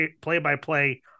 play-by-play